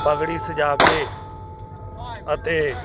ਪਗੜੀ ਸਜਾ ਕੇ ਅਤੇ